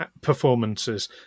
performances